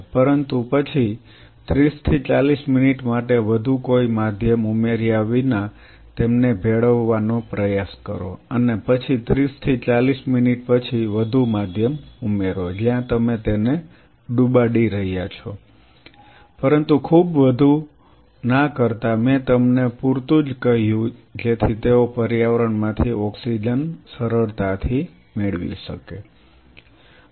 પરંતુ પછી 30 થી 40 મિનિટ માટે વધુ કોઈ માધ્યમ ઉમેર્યા વિના તેમને ભેળવવાનો પ્રયાસ કરો અને પછી 30 થી 40 મિનિટ પછી વધુ માધ્યમ ઉમેરો જ્યાં તમે તેને ડૂબાડી રહ્યા છો પરંતુ ખૂબ વધુ ના કરતા મેં તમને પૂરતું જ કહ્યું જેથી તેઓ પર્યાવરણમાંથી ઓક્સિજન સરળતાથી મેળવી શકે